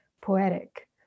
poetic